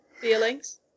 Feelings